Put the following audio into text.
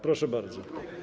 Proszę bardzo.